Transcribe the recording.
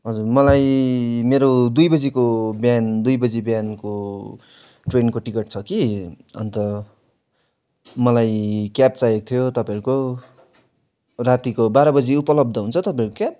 हजुर मलाई मेरो दुई बजीको बिहान दुई बजी बिहानको ट्रेनको टिकट छ कि अन्त मलाई क्याब चाहिएको थियो तपाईँहरूको रातिको बाह्र बजी उपलब्ध हुन्छ तपाईँहरूको क्याब